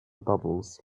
bubbles